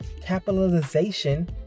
capitalization